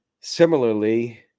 Similarly